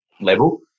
level